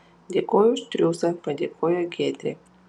dėkoju už triūsą padėkojo giedrė